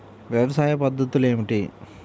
వ్యవసాయ పద్ధతులు ఏమిటి?